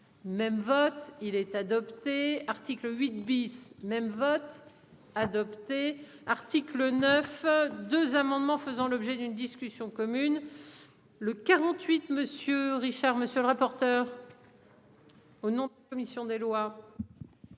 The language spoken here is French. Même vote il est adopté. Article 8 bis même vote adopté article 9 E 2 amendements faisant l'objet d'une discussion commune. Le 48, monsieur Richard, monsieur le rapporteur. Oh non, commission des lois.